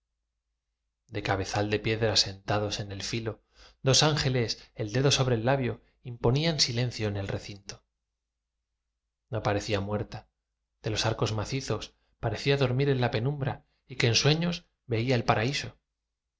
del cabezal de piedra sentados en el filo dos ángeles el dedo sobre el labio imponían silencio en el recinto no parecía muerta de los arcos macizos parecía dormir en la penumbra y que en sueños veía el paraíso